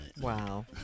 Wow